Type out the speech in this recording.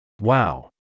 Wow